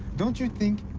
don't you think,